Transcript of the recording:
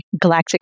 Galactic